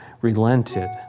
relented